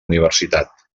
universitat